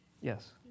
Yes